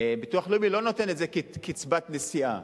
ביטוח לאומי לא נותן את זה כקצבת נסיעה